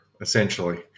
essentially